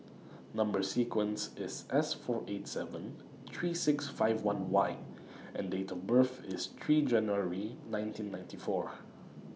Number sequence IS S four eight seven three six five one Y and Date of birth IS three January nineteen ninety four